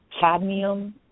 cadmium